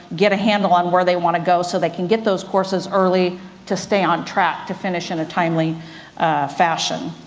get a handle on where they want to go, so they can get those courses early to stay on track to finish in a timely fashion.